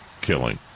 killing